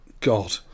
God